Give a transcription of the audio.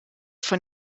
von